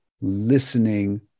listening